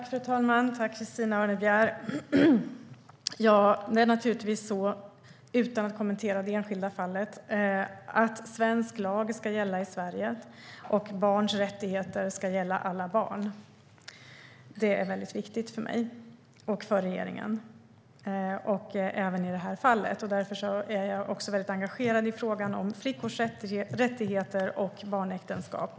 Fru talman! Det är naturligtvis så, utan att kommentera det enskilda fallet, att svensk lag ska gälla i Sverige och att barns rättigheter ska gälla alla barn. Det är viktigt för mig och för regeringen, även i det här fallet. Därför är jag väldigt engagerad i frågan om flickors rättigheter och barnäktenskap.